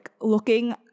looking